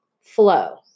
flow